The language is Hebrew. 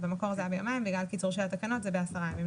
במקור זה היה ביומיים ובגלל קיצור התקנות זה עשרה ימים.